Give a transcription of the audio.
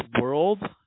world